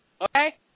okay